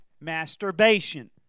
masturbation